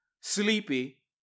sleepy